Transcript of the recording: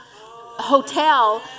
hotel